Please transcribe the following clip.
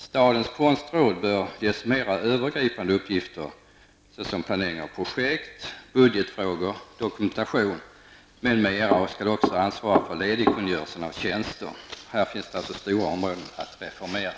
Statens konstråd bör ges mera övergripande uppgifter, såsom planering av projekt, budgetfrågor, dokumentation m.m. och skall ansvara för ledigkungörelse av tjänster. Här finns alltså stora områden att reformera.